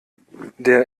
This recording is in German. der